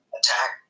attack